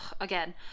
Again